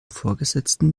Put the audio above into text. vorgesetzten